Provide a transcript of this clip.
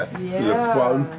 Yes